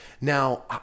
Now